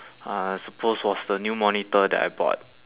uh I suppose was the new monitor that I bought